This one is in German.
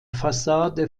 fassade